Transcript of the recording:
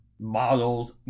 models